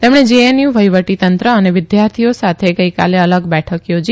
તેમણે જેએનયુ વહીવટી તંત્ર અને વિદ્યાર્થીઓ સાથે ગઇકાલે અલગ બેઠક યોજી